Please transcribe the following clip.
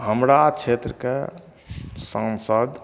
हमरा क्षेत्रके सांसद